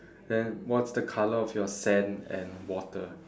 then what's the colour of your sand and water